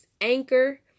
Anchor